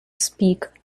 speak